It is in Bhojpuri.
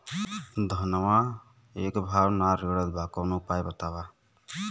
धनवा एक भाव ना रेड़त बा कवनो उपाय बतावा?